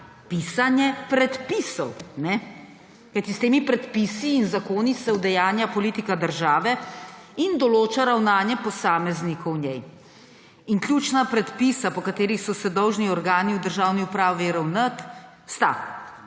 Pisanje predpisov! Kajti s temi predpisi in zakoni se udejanja politika države in določa ravnanje posameznikov v njej. In ključna predpisa, po katerih so se dolžni organi v državni upravi ravnati, sta